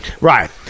Right